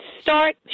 start